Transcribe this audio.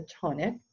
tonic